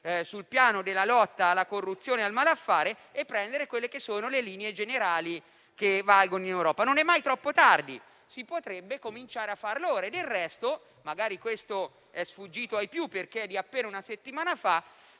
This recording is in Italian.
sul piano della lotta alla corruzione e al malaffare, e prendere le linee generali che valgono in Europa. Non è mai troppo tardi, si potrebbe cominciare a farlo ora. Del resto - magari questo è sfuggito ai più, perché è notizia di appena una settimana fa